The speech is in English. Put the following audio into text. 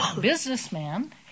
businessman